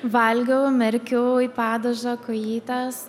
valgiau merkiau į padažą kojytes